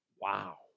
Wow